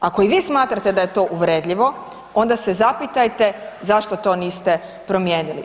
Ako i vi smatrate da je to uvredljivo onda se zapitajte zašto to niste promijenili.